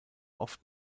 oft